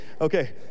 Okay